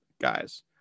guys